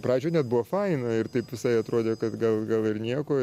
pradžioj net buvo faina ir taip visai atrodė kad gal gal ir nieko